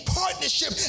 partnership